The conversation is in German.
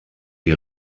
die